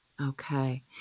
Okay